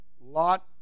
Lot